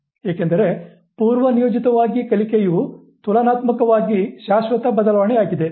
ಏಕೆಂದರೆ ಪೂರ್ವನಿಯೋಜಿತವಾಗಿ ಕಲಿಕೆಯು ತುಲನಾತ್ಮಕವಾಗಿ ಶಾಶ್ವತ ಬದಲಾವಣೆಯಾಗಿದೆ